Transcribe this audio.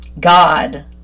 God